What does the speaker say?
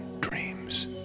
dreams